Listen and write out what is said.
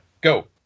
Go